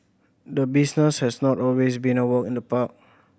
the business has not always been a walk in the park